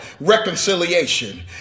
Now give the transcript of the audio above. reconciliation